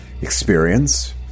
experience